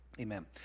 Amen